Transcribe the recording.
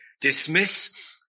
dismiss